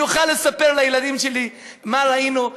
אני אוכל לספר לילדים שלי מה ראינו,